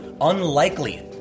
unlikely